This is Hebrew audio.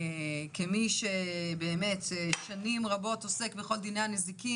כמי ששנים רבות עוסק בדיני נזיקין